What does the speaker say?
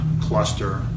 cluster